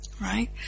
Right